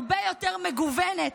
הרבה יותר מגוונת,